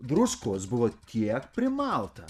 druskos buvo tiek primalta